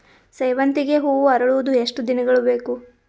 ಸೇವಂತಿಗೆ ಹೂವು ಅರಳುವುದು ಎಷ್ಟು ದಿನಗಳು ಬೇಕು?